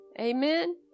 Amen